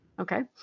Okay